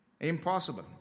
Impossible